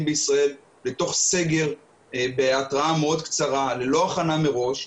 בישראל לתוך סגר בהתראה מאוד קצרה ללא הכנה מראש,